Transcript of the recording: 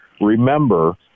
remember